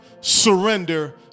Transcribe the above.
surrender